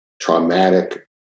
traumatic